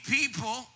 people